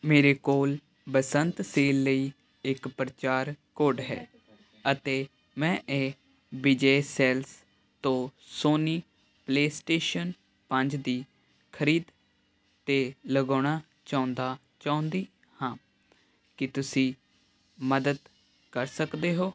ਮੇਰੇ ਕੋਲ ਬਸੰਤ ਸੇਲ ਲਈ ਇੱਕ ਪਰਚਾਰ ਕੋਡ ਹੈ ਅਤੇ ਮੈਂ ਇਹ ਵਿਜੈ ਸੈਲਜ਼ ਤੋਂ ਸੋਨੀ ਪਲੇਅਸਟੇਸ਼ਨ ਪੰਜ ਦੀ ਖਰੀਦ 'ਤੇ ਲਗਾਉਣਾ ਚਾਹੁੰਦਾ ਚਾਹੁੰਦੀ ਹਾਂ ਕੀ ਤੁਸੀਂ ਮਦਦ ਕਰ ਸਕਦੇ ਹੋ